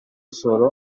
solo